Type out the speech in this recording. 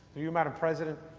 through you madam president,